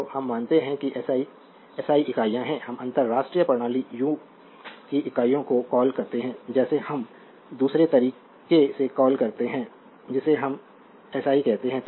तो हम मानते हैं कि एसआई एसआई इकाइयाँ हैं हम अंतरराष्ट्रीय प्रणाली यू की इकाइयों को कॉलकरते हैं जैसे हम दूसरे तरीके से कॉलकरते हैं जिसे हम एसआई कहते हैं